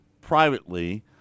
privately